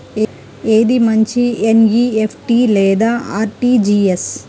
ఏది మంచి ఎన్.ఈ.ఎఫ్.టీ లేదా అర్.టీ.జీ.ఎస్?